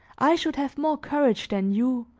i should have more courage than you,